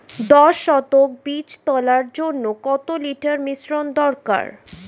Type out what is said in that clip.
দশ শতক বীজ তলার জন্য কত লিটার মিশ্রন দরকার?